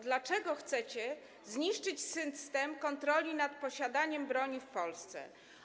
Dlaczego chcecie zniszczyć system kontroli nad posiadaniem broni w Polsce?